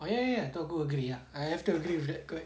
oh ya ya ya tu aku agree ah I have to agree with that correct